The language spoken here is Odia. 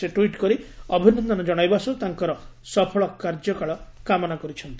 ସେ ଟ୍ୱିଟ୍ କରି ଅଭିନନ୍ଦନ ଜଶାଇବା ସହ ତାଙ୍କର ସଫଳ କାର୍ଯ୍ୟକାଳ କାମନା କରିଛନ୍ତି